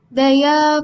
Daya